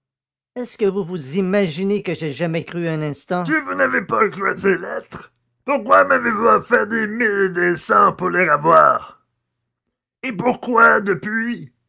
est-ce que vous vous imaginez que j'aie jamais cru un instant si vous n'avez pas cru à ces lettres pourquoi m'avez-vous offert des mille et des cents pour les ravoir et pourquoi depuis